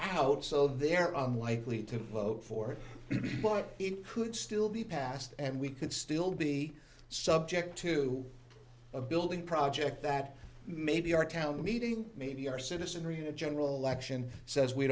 out so they're unlikely to vote for me but it could still be passed and we could still be subject to a building project that maybe our town meeting maybe our citizenry in a general election says we